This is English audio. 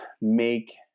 make